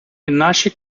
наші